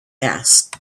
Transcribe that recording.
asked